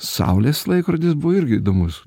saulės laikrodis buvo irgi įdomus